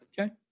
Okay